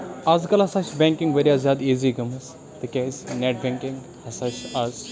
اَز کَل ہسا چھِ بینکِنگ واریاہ زیادٕ ایٖزی گٔمٕژ تِکیازِ نیٹ بینکِنگ ہسا چھِ آز